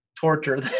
Torture